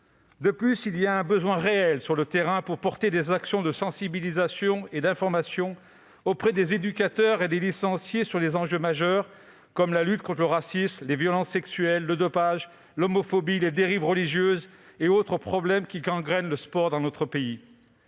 De plus, il existe un réel besoin de porter des actions de sensibilisation et d'information sur le terrain auprès des éducateurs et des licenciés sur des enjeux majeurs comme la lutte contre le racisme, les violences sexuelles, le dopage, l'homophobie, les dérives religieuses et autres problèmes qui gangrènent le sport dans notre pays.